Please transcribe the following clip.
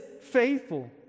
faithful